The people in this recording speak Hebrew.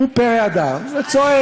מפריעים ומפריעות.